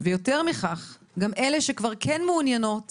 ויותר מכך, גם אלה שכבר כן מעוניינות